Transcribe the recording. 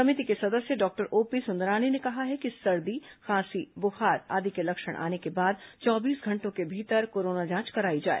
समिति के सदस्य डॉक्टर ओपी सुंदरानी ने कहा है कि सर्दी खांसी बुखार आदि के लक्षण आने के बाद चौबीस घंटों के भीतर कोरोना जांच कराई जाए